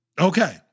Okay